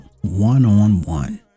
one-on-one